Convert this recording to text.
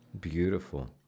beautiful